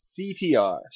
CTR